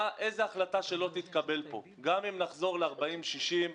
איזו החלטה שלא תתקבל פה, גם אם נחזור ל-40% 60%,